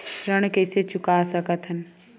ऋण कइसे चुका सकत हन?